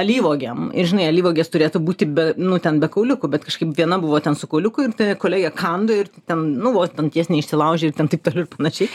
alyvuogėm ir žinai alyvuogės turėtų būti be nu ten be kauliukų bet kažkaip viena buvo ten su kauliuku ir ta kolegė kando ir ten nu vos danties neišsilaužė ir ten taip toliau ir panašiai